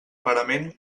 parament